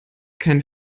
kein